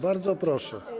Bardzo proszę.